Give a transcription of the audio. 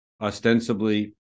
ostensibly